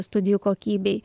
studijų kokybei